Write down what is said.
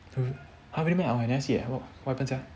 !huh! really meh I never see eh what happen sia